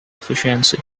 efficiency